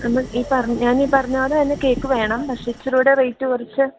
അന്ന് ഈ ഞാനീ പറഞ്ഞപോലെത്തന്നെ കേക്ക് വേണം പക്ഷെ ഇച്ചിരികൂടെ റേറ്റ് കുറച്ച്